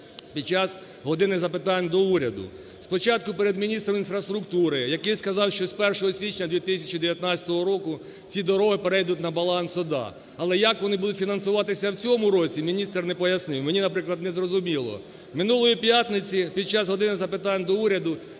під час "години запитань до Уряду", спочатку перед міністром інфрастурктури, який сказав, що з 1 січня 2019 року ці дороги перейдуть на баланс ОДА, але як вони будуть фінансуватися в цьому році міністр не пояснив, мені, наприклад, не зрозуміло. Минулої п'ятниці під час "години запитань до Уряду"